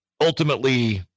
ultimately –